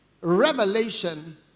Revelation